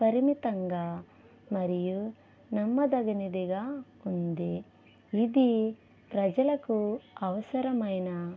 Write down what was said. పరిమితంగా మరియు నమ్మదగినదిగా ఉంది ఇది ప్రజలకు అవసరమైన